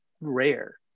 rare